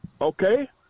okay